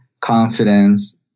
confidence